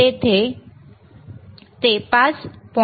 येथे ते 5